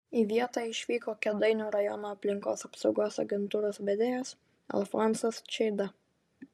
į vietą išvyko kėdainių rajono aplinkos apsaugos agentūros vedėjas alfonsas čeida